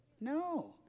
No